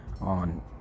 on